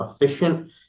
efficient